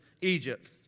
Egypt